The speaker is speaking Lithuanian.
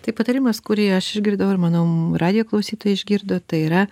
tai patarimas kurį aš išgirdau ir manau radijo klausytojai išgirdo tai yra